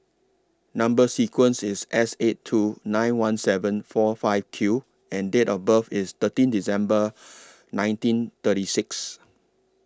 Number sequence IS S eight two nine one seven four five Q and Date of birth IS thirteen December nineteen thirty six